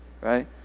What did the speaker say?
Right